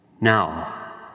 now